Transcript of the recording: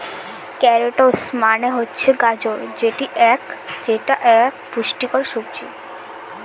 carrots মানে হচ্ছে গাজর যেটা এক পুষ্টিকর সবজি